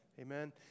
Amen